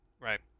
right